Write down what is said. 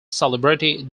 celebrity